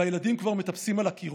ילדים כבר מטפסים על הקירות.